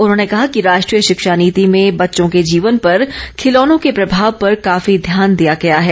उन्होंने कहा कि राष्ट्रीय शिक्षा नीति में बच्चों के जीवन पर खिलौनों के प्रभाव पर काफी ध्यान दिया गया है